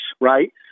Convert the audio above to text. right